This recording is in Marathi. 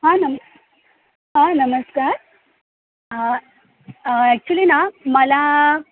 हां नम हां नमस्कार ॲक्च्युली ना मला